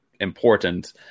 important